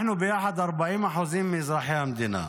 אנחנו ביחד 40% מאזרחי המדינה.